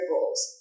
goals